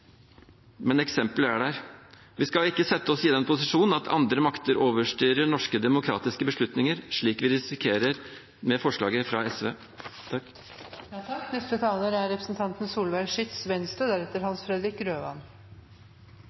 men eksempelet er der. Vi skal ikke sette oss i den posisjon at andre makter overstyrer norske demokratiske beslutninger, slik vi risikerer med forslaget fra SV.